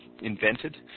invented